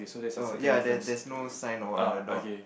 oh ya there there's no sign or what on the door